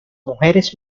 mujeres